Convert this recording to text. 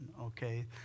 Okay